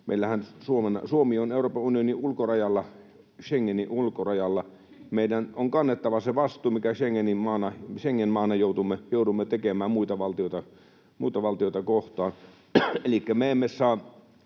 rakennamme. Suomi on Euroopan unionin ulkorajalla, Schengenin ulkorajalla. Meidän on kannettava se vastuu, minkä Schengen-maana joudumme tekemään muita valtioita kohtaan. Elikkä me emme saa